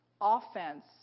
offense